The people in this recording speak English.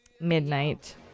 midnight